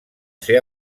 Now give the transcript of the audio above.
ser